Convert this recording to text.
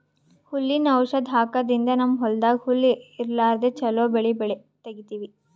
ಹುಲ್ಲಿನ್ ಔಷಧ್ ಹಾಕದ್ರಿಂದ್ ನಮ್ಮ್ ಹೊಲ್ದಾಗ್ ಹುಲ್ಲ್ ಇರ್ಲಾರ್ದೆ ಚೊಲೋ ಬೆಳಿ ತೆಗೀತೀವಿ